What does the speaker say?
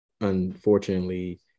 unfortunately